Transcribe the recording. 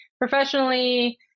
professionally